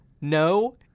no